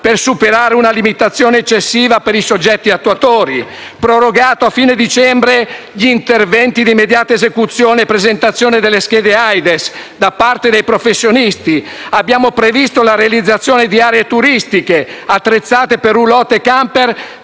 per superare una limitazione eccessiva per i soggetti attuatori. Sono stati prorogati a fine dicembre gli interventi di immediata esecuzione e presentazione delle schede Aedes da parte dei professionisti. Abbiamo previsto la realizzazione di aree turistiche attrezzate per *roulotte* e